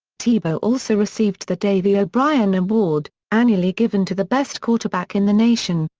tebow also received the davey o'brien award, annually given to the best quarterback in the nation,